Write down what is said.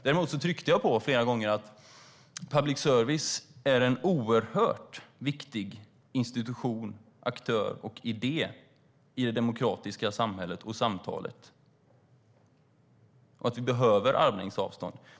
Däremot tryckte jag flera gånger på att public service är en oerhört viktig institution, aktör och idé i det demokratiska samhället och samtalet och att vi behöver armlängds avstånd.